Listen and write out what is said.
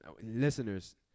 Listeners